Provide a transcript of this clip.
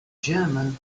german